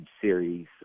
series